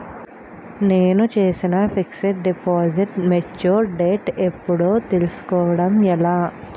నేను చేసిన fixed deposit mature date ఎప్పుడో తెల్సుకోవడం ఎలా?